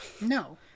No